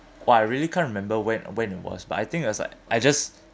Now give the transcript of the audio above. !wah! I really can't remember when when it was but I think it was like I just